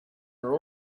are